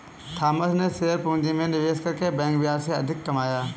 Thomas ने share पूंजी में निवेश करके बैंक ब्याज से अधिक कमाया